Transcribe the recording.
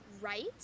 right